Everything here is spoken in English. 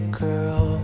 girl